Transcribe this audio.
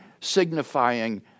signifying